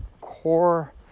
core